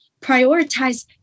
prioritize